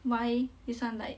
why this one like